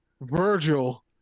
Virgil